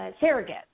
surrogate